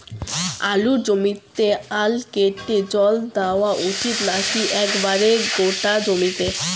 আলুর জমিতে আল কেটে জল দেওয়া উচিৎ নাকি একেবারে গোটা জমিতে?